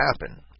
happen